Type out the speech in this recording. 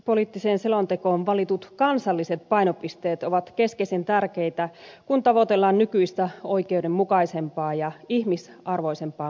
ihmisoikeuspoliittiseen selontekoon valitut kansalliset painopisteet ovat keskeisen tärkeitä kun tavoitellaan nykyistä oikeudenmukaisempaa ja ihmisarvoisempaa maailmaa